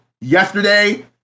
yesterday